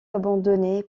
abandonné